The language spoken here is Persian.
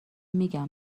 میگم